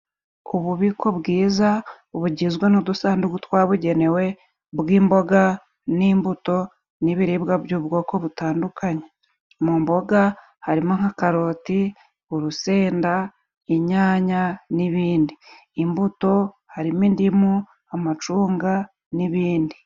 Ububiko bwiza bugizwe n'udusanduku twabugenewe bw'imboga, n'imbuto, n'ibiribwa by'ubwoko butandukanye. Mu mboga harimo nka karoti, urusenda, inyanya n'ibindi... imbuto harimo indimu, amacungan'ibindi...